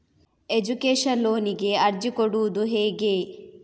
Education ಲೋನಿಗೆ ಅರ್ಜಿ ಕೊಡೂದು ಹೇಗೆ?